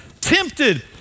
tempted